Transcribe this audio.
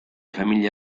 famiglia